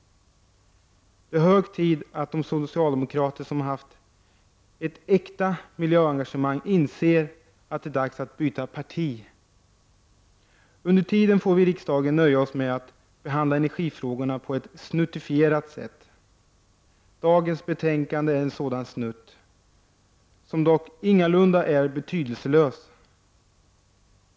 Det är hög tid att de socialdemokrater som haft ett äkta miljöengagemang inser att det är dags att byta parti. Under tiden får vi i riksdagen nöja oss med att behandla energifrågorna på ett ”snuttifierat” sätt. Dagens betänkande är en sådan snutt, som dock ingalunda är betydelselös.